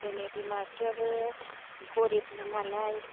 जोंनि बिमा बिफायाबो गरिबमोन नालाय